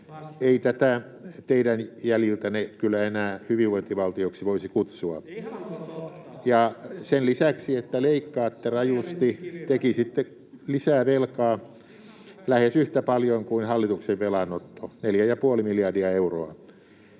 Ei tätä teidän jäljiltänne kyllä enää hyvinvointivaltioksi voisi kutsua. [Ben Zyskowicz: Ihanko totta, sosialisti Kiviranta?] Sen lisäksi, että leikkaatte rajusti, tekisitte lisää velkaa lähes yhtä paljon kuin on hallituksen velanotto: 4,5 miljardia euroa.